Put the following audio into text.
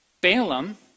Balaam